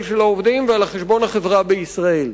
של העובדים ועל חשבון החברה בישראל.